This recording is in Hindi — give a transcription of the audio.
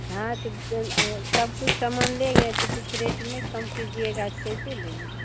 हाँ तो देन सब कुछ सामान लेंगे तो कुछ रेट नहीं कम कीजिएगा तो कैसे लेंगे